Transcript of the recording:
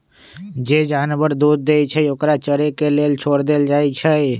जे जानवर दूध देई छई ओकरा चरे के लेल छोर देल जाई छई